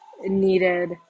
needed